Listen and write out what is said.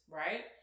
right